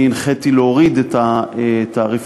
אני הנחיתי להוריד את התעריפים,